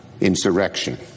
insurrection